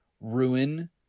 ruin